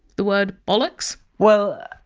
the word bollocks? well,